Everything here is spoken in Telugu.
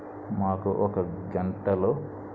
మాకు ఒక గంటలో